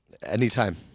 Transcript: Anytime